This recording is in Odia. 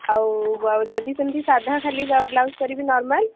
ଆଉ ଯଦି ସେମିତି ସାଧା ଖାଲି ବ୍ଲାଉଜ୍ କରିବି ନର୍ମାଲ